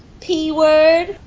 P-word